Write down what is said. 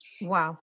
Wow